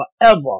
forever